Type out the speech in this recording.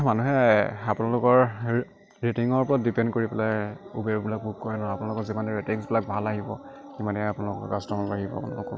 মানুহে আপোনালোকৰ ৰেটিঙৰ ওপৰত ডিপেণ্ড কৰি পেলাই উবেৰবিলাক বুক কৰে ন আপোনালোকৰ যিমানেই ৰেটিংছবিলাক ভাল আহিব সিমানেই আপোনালোকৰ কাষ্টমাৰ বাঢ়িব